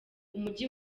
umujyi